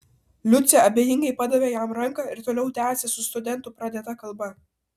liucė abejingai padavė jam ranką ir toliau tęsė su studentu pradėtą kalbą